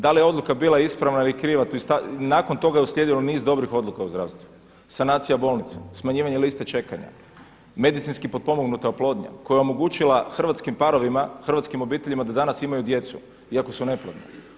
Da li je odluka bila ispravna ili kriva nakon toga je uslijedilo niz dobrih odluka u zdravstvu, sanacija bolnica, smanjivanje liste čekanja, medicinski potpomognuta oplodnja koja je omogućila hrvatskim parovima, hrvatskim obiteljima da danas imaju djecu iako su neplodni.